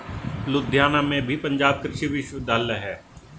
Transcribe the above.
लुधियाना में भी पंजाब कृषि विश्वविद्यालय है